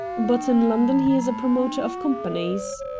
but in london he is a promoter of companies.